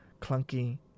clunky